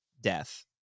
death